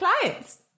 clients